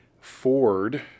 Ford